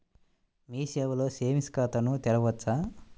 మీ సేవలో సేవింగ్స్ ఖాతాను తెరవవచ్చా?